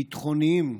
ביטחוניים,